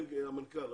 כן, המנכ"ל.